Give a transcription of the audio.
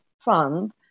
Fund